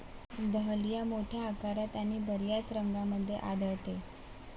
dahlia मोठ्या आकारात आणि बर्याच रंगांमध्ये आढळते